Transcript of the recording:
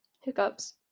hiccups